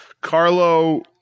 Carlo